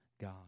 God